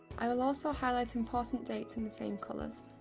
i will also highlight important dates in the same colours.